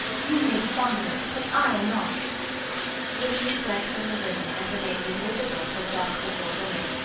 you may be fond of it, but i am not louise went from the room and remained invisible till just before dinner,